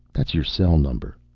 that's your cell number.